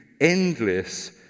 endless